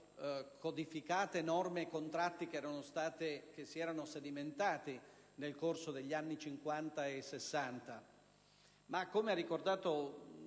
codificati norme e contratti che si erano sedimentati nel corso degli anni '50 e '60. Come ha ricordato